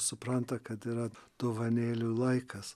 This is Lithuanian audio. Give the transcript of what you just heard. supranta kad yra dovanėlių laikas